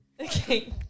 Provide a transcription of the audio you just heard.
Okay